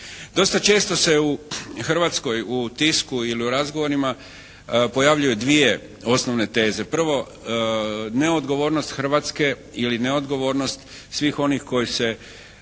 Dosta često se u Hrvatskoj u tisku ili u razgovorima pojavljuju dvije osnovne teze. Prvo neodgovornost Hrvatske ili neodgovornost svih onih koji su